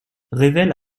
révèle